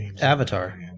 Avatar